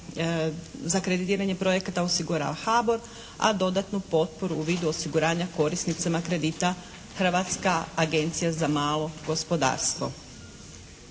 za kreditiranje projekata osigurava HBOR, a dodatnu potporu u vidu osiguranja korisnicima kredita Hrvatska agencija za malo gospodarstvo.